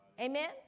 Amen